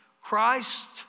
Christ